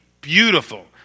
beautiful